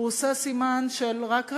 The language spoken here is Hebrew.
הוא עושה סימן של "רק רגע".